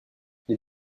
les